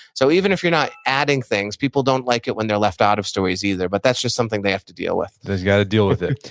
so even if you're not adding things, people don't like it when they're left out of stories either, but that's just something they have to deal with just got to deal with it.